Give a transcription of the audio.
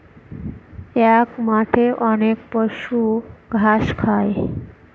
এক মাঠে অনেক পশু ঘাস খায়